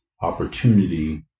opportunity